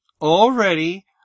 already